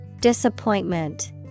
Disappointment